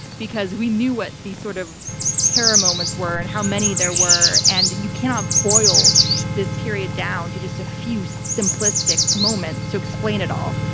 because we knew what these sort of terror moments were and how many there were and you cannot boil this period down to just a few simplistic moments to explain it all.